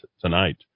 tonight